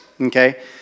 Okay